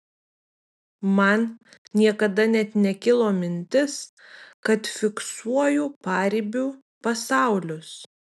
man niekada net nekilo mintis kad fiksuoju paribių pasaulius